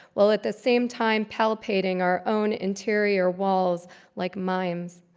while at the same time palpitating our own interior walls like mimes.